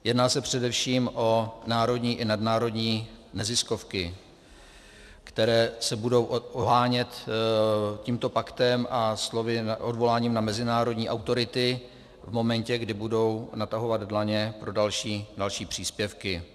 Jedná se především o národní i nadnárodní neziskovky, které se budou ohánět tímto paktem a odvoláním na mezinárodní autority v momentě, kdy budou natahovat dlaně pro další příspěvky.